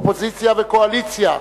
אופוזיציה וקואליציה,